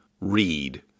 read